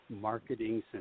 marketing